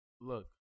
Look